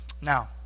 Now